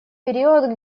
период